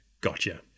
gotcha